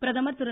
பிரதமர் திரு